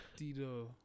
Dido